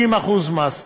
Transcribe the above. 60% מס.